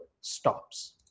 stops